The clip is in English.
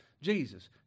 Jesus